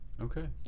Okay